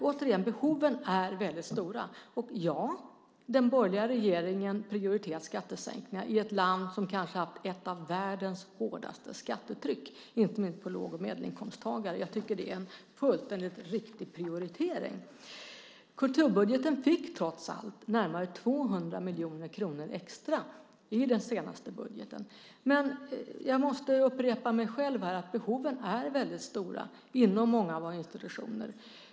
Återigen: Behoven är mycket stora, och ja, den borgerliga regeringen har prioriterat skattesänkningar i ett land som haft ett av världens hårdaste skattetryck, inte minst för låg och medelinkomsttagare. Jag tycker att det är en fullständigt riktig prioritering. Kulturbudgeten fick trots allt närmare 200 miljoner kronor extra i den senaste budgeten, men jag måste upprepa mig: Behoven är mycket stora inom många av våra institutioner.